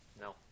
No